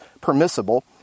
permissible